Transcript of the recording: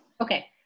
Okay